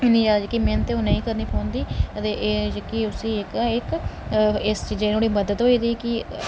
उसी इन्नी जादा मैह्नत ओह् नेईं करना पौंदी ते एह् जेह्की उसी इक्क इस चीज़ै च नुहाड़ी मदद होई जंदी कि